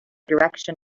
direction